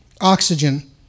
oxygen